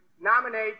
nominate